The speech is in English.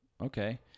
okay